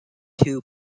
two